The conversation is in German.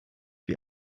wie